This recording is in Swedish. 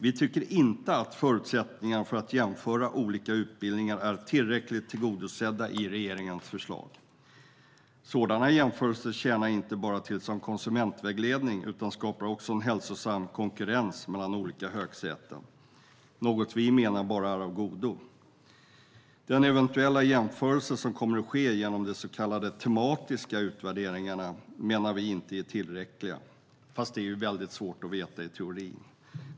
Vi tycker inte att förutsättningarna för att jämföra olika utbildningar är tillräckligt tillgodosedda i regeringens förslag. Sådana jämförelser tjänar inte bara som konsumentvägledning utan skapar också en hälsosam konkurrens mellan olika lärosäten, något vi menar är enbart av godo. Den eventuella jämförelse som kommer att ske genom de så kallade tematiska utvärderingarna menar vi inte är tillräckliga. Men det är naturligtvis väldigt svårt att veta i teorin.